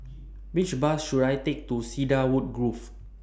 Which Bus should I Take to Cedarwood Grove